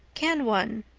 can one?